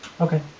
Okay